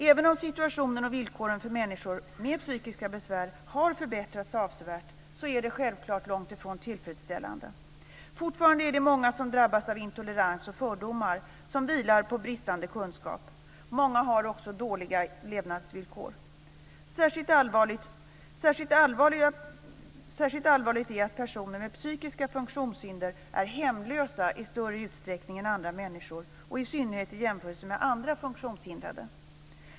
Även om situationen och villkoren för människor med psykiska besvär har förbättrats avsevärt så är den självfallet långt ifrån tillfredsställande. Fortfarande är det många som drabbas av intolerans och fördomar som vilar på bristande kunskap. Många har också dåliga levnadsvillkor. Särskilt allvarligt är att personer med psykiska funktionshinder är hemlösa i större utsträckning än andra människor - i synnerhet i jämförelse med andra funktionshindrade.